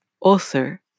author